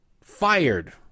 fired